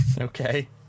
Okay